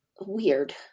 weird